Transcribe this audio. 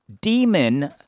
demon